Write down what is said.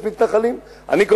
יש היום 650,000 מתנחלים.